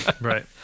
Right